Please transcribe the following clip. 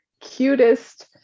cutest